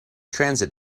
transit